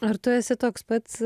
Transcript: ar tu esi toks pat